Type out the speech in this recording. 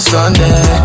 Sunday